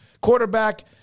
quarterback